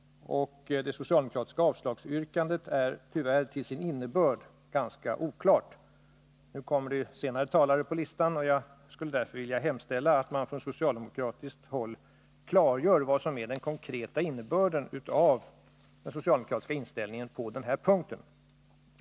Det socialdemokratiska avslagsyrkandet är tyvärr till sin innebörd ganska oklart. Nu kommer det senare talare på listan, och jag skulle därför vilja hemställa att man från socialdemokratiskt håll klargör vad som är den konkreta innebörden av den socialdemokratiska inställningen på den här punkten.